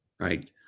Right